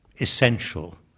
essential